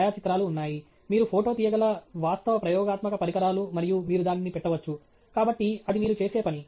ఛాయాచిత్రాలు ఉన్నాయి మీరు ఫోటో తీయగల వాస్తవ ప్రయోగాత్మక పరికరాలు మరియు మీరు దానిని పెట్టవచ్చు కాబట్టి అది మీరు చేసే పని